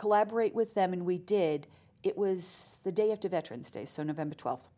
collaborate with them and we did it was the day after veteran's day so november twelfth